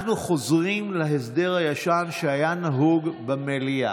אנחנו חוזרים להסדר הישן שהיה נהוג במליאה.